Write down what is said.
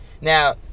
Now